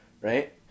right